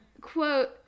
quote